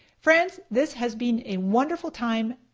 friends, this has been a wonderful time.